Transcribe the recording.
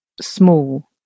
small